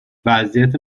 وضعیت